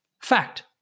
Fact